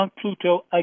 Pluto